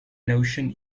notion